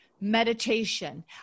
meditation